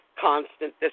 Constant